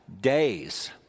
days